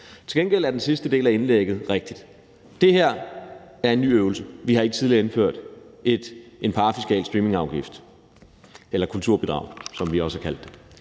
Til gengæld er den sidste del af indlægget rigtigt. Det her er en ny øvelse. Vi har ikke tidligere indført en parafiskal streamingafgift – eller kulturbidrag, som vi også har kaldt det.